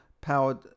powered